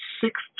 six